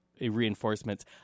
reinforcements